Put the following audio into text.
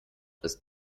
ist